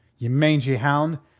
ye mangy hound,